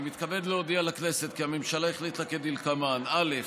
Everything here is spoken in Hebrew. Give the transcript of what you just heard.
אני מתכבד להודיע לכנסת כי הממשלה החליטה כדלקמן: א.